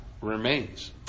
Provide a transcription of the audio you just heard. remains